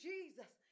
Jesus